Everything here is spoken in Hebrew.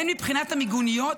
והן מבחינת המיגוניות,